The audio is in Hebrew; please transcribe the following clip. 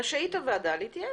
רשאית הוועדה להתייעץ.